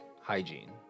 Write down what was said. hygiene